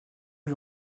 lui